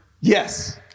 yes